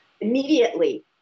immediately